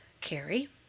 Carrie